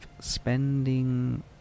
spending